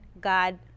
God